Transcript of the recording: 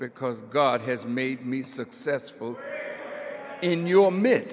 because god has made me successful in your mid